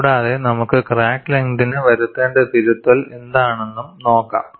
കൂടാതെ നമുക്ക് ക്രാക്ക് ലെങ്തിന് വരുത്തേണ്ട തിരുത്തൽ എന്താണെന്നും നോക്കാം